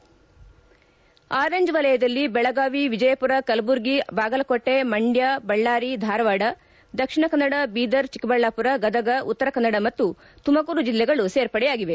ಕಿತ್ತಲೆ ವಲಯದಲ್ಲಿ ಬೆಳಗಾವಿ ವಿಜಯಪುರ ಕಲಬುರಗಿ ಬಾಗಲಕೋಟೆ ಮಂಡ್ಕ ಬಳ್ಳಾರಿ ಧಾರವಾಡ ದಕ್ಷಿಣ ಕನ್ನಡ ಬೀದರ್ ಚಿಕ್ಕಬಳ್ಳಾಪುರ ಗದಗ ಉತ್ತರ ಕನ್ನಡ ಮತ್ತು ತುಮಕೂರು ಜಿಲ್ಲೆಗಳು ಸೇರ್ಪಡೆಯಾಗಿವೆ